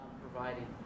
providing